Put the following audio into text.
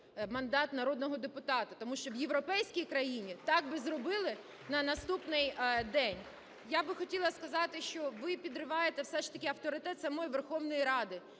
мандат народного депутата. Тому що в європейській країні так би зробили на наступний день. Я би хотіла сказати, що ви підриваєте все ж таки авторитет самої Верховної Ради